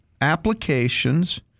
applications